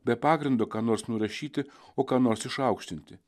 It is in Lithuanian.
be pagrindo ką nors nurašyti o ką nors išaukštinti